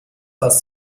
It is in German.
was